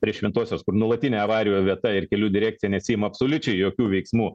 prie šventosios kur nuolatinė avarijų vieta ir kelių direkcija nesiima absoliučiai jokių veiksmų